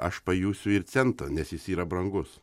aš pajusiu ir centą nes jis yra brangus